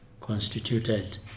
constituted